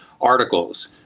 articles